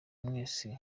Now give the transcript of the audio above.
mwese